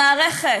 מהמערכת.